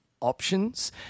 options